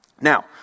Now